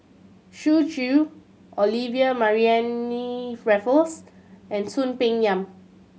Xu Zhu Olivia Mariamne Raffles and Soon Peng Yam